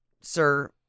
sir